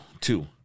two